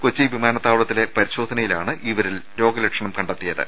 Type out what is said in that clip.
കൊച്ചി വിമാനത്താവളത്തിലെ പരിശോധനയിലാണ് ഇവരിൽ രോഗ ലക്ഷണം കണ്ടെത്തിയത്